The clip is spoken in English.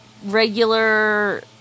regular